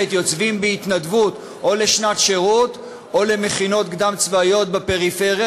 יוצאים בהתנדבות או לשנת שירות או למכינות קדם-צבאיות בפריפריה,